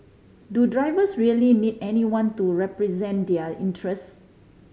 do drivers really need anyone to represent their interest